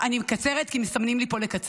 אני מקצרת, כי מסמנים לי פה לקצר.